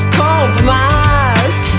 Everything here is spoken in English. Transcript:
compromise